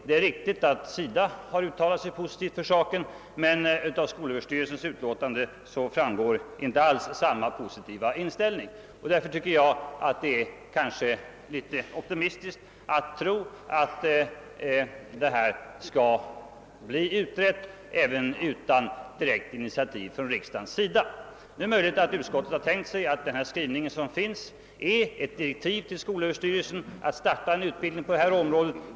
Det är riktigt att SIDA har uttalat sig positivt, men av skolöverstyrelsens yttrande framgår inte alls samma «positiva inställning. Därför tycks det mig kanske vara litet optimistiskt att tro att denna fråga skall bli utredd även utan direkt initiativ från riksdagen. Det är möjligt att utskottet har tänkt sig att den skrivning som föreligger skall vara ett direktiv till skolöverstyrelsen att starta en utbildning på detta område.